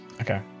Okay